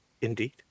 Indeed